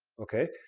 okay?